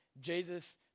Jesus